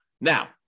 Now